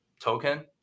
token